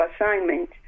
Assignment